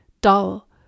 dull